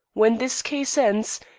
when this case ends,